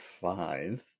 five